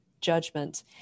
judgment